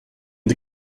the